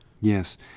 Yes